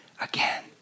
again